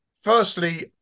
Firstly